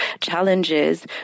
challenges